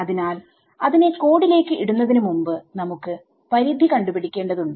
അതിനാൽ അതിനെ കോഡിലേക്ക് ഇടുന്നതിനു മുമ്പ് നമുക്ക് പരിധി കണ്ടുപിടിക്കേണ്ടതുണ്ട്